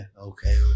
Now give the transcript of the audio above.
okay